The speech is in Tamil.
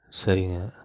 சரிங்க